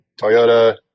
Toyota